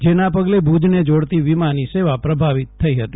જેના પગલે ભુજને જોડતી વિમાની સેવા પ્રભાવીત થઇ ફતી